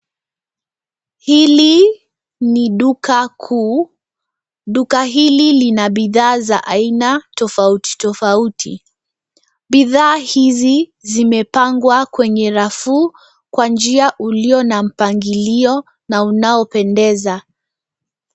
Hili ni duka kuu. Duka hili lina vifaa vya aina tofauti tofauti. Bidhaa hizi zimepangwa kwenye rafu kwa njia ulio na mpangilio na unaopendeza.